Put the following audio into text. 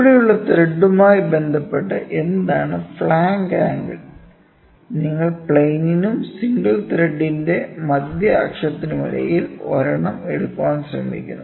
ഇവിടെയുള്ള ത്രെഡുമായി ബന്ധപ്പെട്ട് എന്താണ് ഫ്ലാങ്ക് ആംഗിൾ നിങ്ങൾ പ്ലെയിനിനും സിംഗിൾ ത്രെഡിന്റെ മധ്യ അക്ഷത്തിനുമിടയിൽ ഒരെണ്ണം എടുക്കാൻ ശ്രമിക്കുന്നു